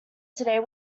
today